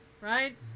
Right